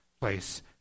place